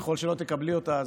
ואם לא תקבלי אותה,